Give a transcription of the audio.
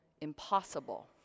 impossible